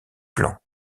plan